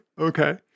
Okay